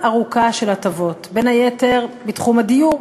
ארוכה ארוכה של הטבות, בין היתר בתחום הדיור.